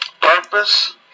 Purpose